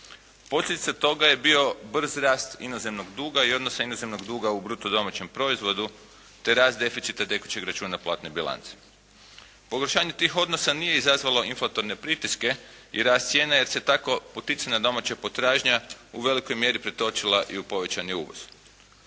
Posljedica toga je bio brz rast inozemnog duga i odnosa inozemnog duga u bruto domaćem proizvodu te rast deficita tekućeg računa platne bilance. Pogoršanje tih odnosa nije izazvalo inflatorne pritiske i rast cijena jer se tako poticana domaća potražnja u velikoj mjeri pretočila i u povećani uvoz.